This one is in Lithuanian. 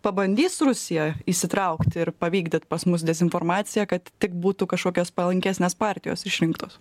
pabandys rusija įsitraukti ir pavykdyt pas mus dezinformaciją kad tik būtų kažkokios palankesnės partijos išrinktos